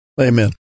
Amen